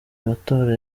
matora